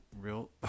real